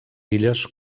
illes